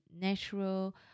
natural